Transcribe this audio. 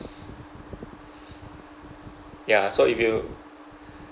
ya so if you